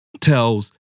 tells